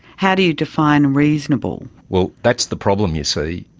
how do you define reasonable? well, that's the problem, you see.